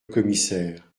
commissaire